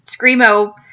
screamo